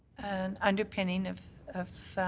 an underpinning of ah